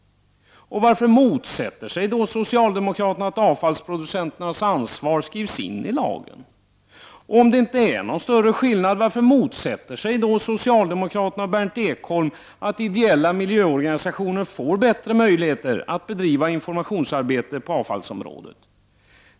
Och varför motsätter sig då socialdemokraterna att avfallsproducenternas ansvar skrivs in i lagen? Om det inte är någon större skillnad, varför motsätter sig då socialdemokraterna och Berndt Ekholm att ideella miljöorganisationer får bättre möjligheter att bedriva informationsarbete på avfallsområdet?